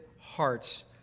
hearts